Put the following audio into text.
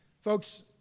Folks